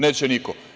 Neće niko.